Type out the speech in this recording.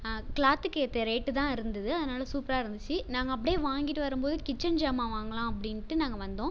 க்ளாத்துக்கேற்ற ரேட்டுதான் இருந்தது அதனாலே சூப்பராகருந்துச்சி நாங்கள் அப்படியே வாங்கிட்டு வரும்போது கிட்சன் ஜாமான் வாங்கலாம் அப்படின்ட்டு நாங்கள் வந்தோம்